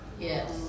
Yes